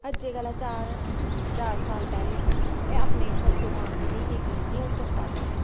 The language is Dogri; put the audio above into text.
अज्जें कोला चार चार साल पह्लें में अपने इस सस्सू मां गी लेइयै गेई ही हाॅस्पताले च